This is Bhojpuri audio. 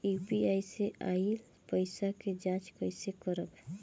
यू.पी.आई से आइल पईसा के जाँच कइसे करब?